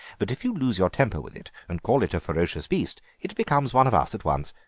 but if you lose your temper with it and call it a ferocious beast it becomes one of us at once.